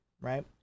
Right